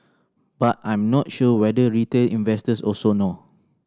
but I'm not sure whether retail investors also know